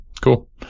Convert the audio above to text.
Cool